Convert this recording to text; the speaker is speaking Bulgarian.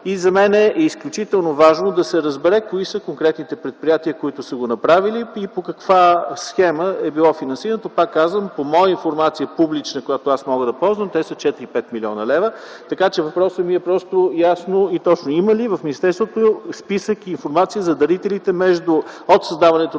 За мен е изключително важно да се разбере кои са конкретните предприятия, които са го направили, и по каква схема е било финансирането. Пак казвам, по моя информация - публична, която мога да ползвам, те са 4-5 млн. лв. Въпросът ми е точен и ясен: има ли в министерството списък и информация за дарителите от създаването